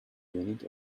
unit